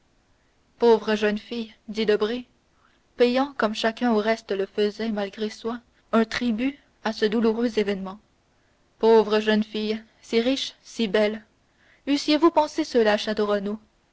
pauvre jeune fille dit debray payant comme chacun au reste le faisait malgré soi un tribut à ce douloureux événement pauvre jeune fille si riche si belle eussiez-vous pensé cela